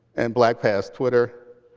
and blackpast twitter.